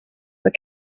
but